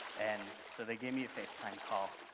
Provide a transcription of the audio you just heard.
and so they gave me a facetime call.